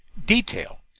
detail,